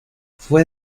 fue